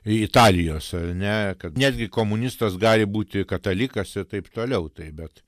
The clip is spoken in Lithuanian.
italijos ar ne kad netgi komunistas gali būti katalikas ir taip toliau tai bet